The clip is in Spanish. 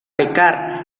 pecar